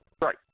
Right